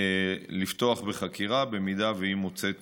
לפתוח בחקירה אם היא מוצאת